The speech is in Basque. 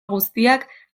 guztiak